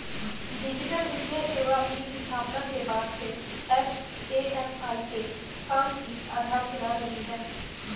digital वित्तीय सेवा अपनी स्थापना के बाद से ए.एफ.आई के काम की आधारशिला रही है